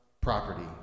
property